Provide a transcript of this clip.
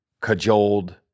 cajoled